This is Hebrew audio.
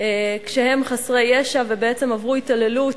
כשהם חסרי ישע, ובעצם עברו התעללות,